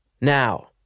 now